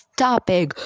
topic